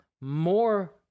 More